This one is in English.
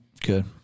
Good